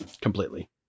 completely